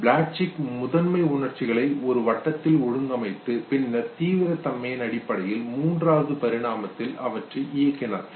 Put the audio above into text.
Plutchik முதன்மை உணர்ச்சிகளை ஒரு வட்டத்தில் ஒழுங்கமைத்து பின்னர் தீவிரத் தன்மையின் அடிப்படையில் மூன்றாவது பரிமாணத்தில் அவற்றை இயக்கினார்